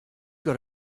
got